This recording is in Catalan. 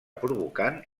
provocant